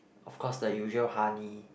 of course the usual honey